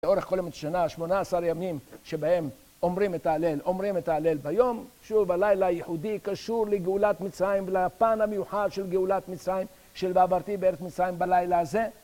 לאורך כל ימות שנה, 18 ימים שבהם אומרים את ההלל, אומרים את ההלל ביום. שוב, הלילה הייחודי קשור לגאולת מצרים ולפן המיוחד של גאולת מצרים, של בעברתי בארץ מצרים בלילה הזה.